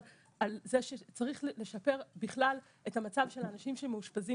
זה שצריך לשפר בכלל את המצב של האנשים שמאושפזים.